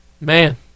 Man